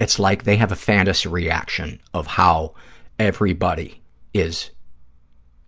it's like they have a fantasy reaction of how everybody is